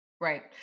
Right